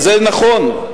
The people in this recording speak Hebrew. וזה נכון,